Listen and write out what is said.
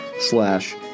slash